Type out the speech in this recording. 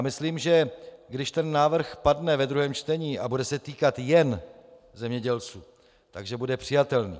Myslím, že když ten návrh padne ve druhém čtení a bude se týkat jen zemědělců, bude přijatelný.